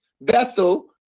Bethel